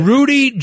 Rudy